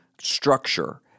structure